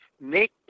make